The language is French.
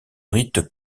rite